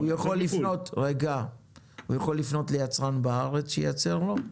הוא יכול לפנות ליצרן בארץ שייצר לו?